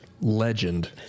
Legend